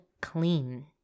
clean